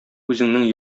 үзеңнең